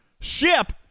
ship